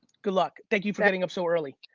good luck. thank you for getting up so early.